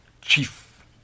chief